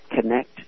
connect